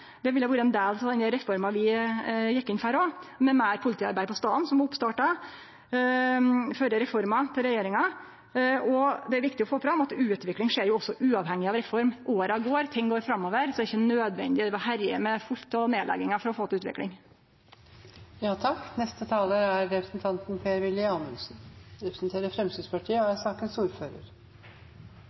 Det ville ha vore ein del av den reforma vi gjekk inn for også, med meir politiarbeid på staden, noko som vart starta før reforma til regjeringa. Det er viktig å få fram at utvikling også skjer uavhengig av reform. Åra går, ting går framover, så det er ikkje nødvendig å drive og herje med fullt av nedleggingar for å få til utvikling. La meg starte med å advare mot den litt konstruerte fremstillingen av at det liksom er